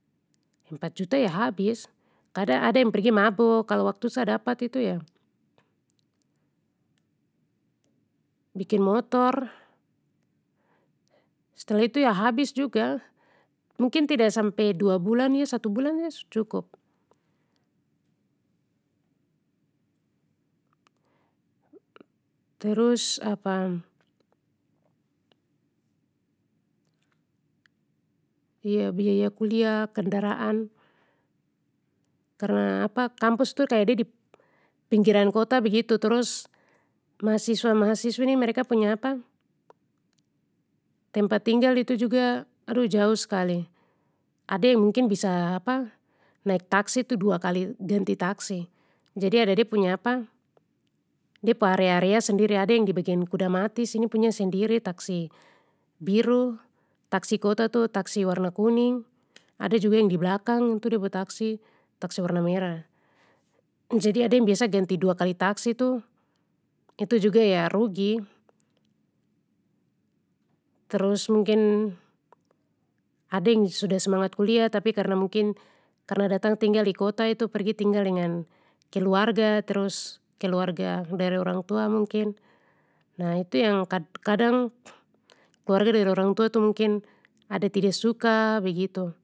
Empat juta ya habis, kadang ada yang pergi mabok kalo waktu itu sa dapat itu ya, bikin motor, stelah itu ya habis juga, mungkin tida sampe dua bulan ya satu bulan juga su cukup. Terus iyo biaya kuliah, kendaraan. Karna kampus tu kaya de di pinggiran kota begitu terus mahasiswa mahasiswi ni mereka punya tempat tinggal itu juga aduh jauh skali, ada yang mungkin bisa naik taksi tu dua kali ganti taksi, jadi ada de punya de pu area area sendiri ada yang di bagian kuda mati sini punya sendiri taksi biru, taksi kota tu taksi warna kuning, ada juga yang di blakang itu de pu taksi, taksi warna merah. Jadi ada yang biasa ganti dua kali taksi tu itu juga ya rugi. Terus mungkin, ada yang sudah semangat kuliah tapi karna mungkin karna datang tinggal di kota itu pergi tinggal dengan keluarga terus keluarga dari orang tua mungkin, nah itu yang kad-kadang keluarga dari orang tua tu mungkin ada tida suka begitu.